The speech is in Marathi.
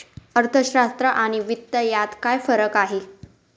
अर्थशास्त्र आणि वित्त यात काय फरक आहे